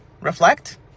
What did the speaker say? reflect